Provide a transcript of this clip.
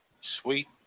Sweet